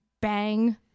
bang